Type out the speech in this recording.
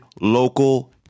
local